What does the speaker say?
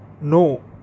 No